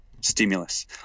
stimulus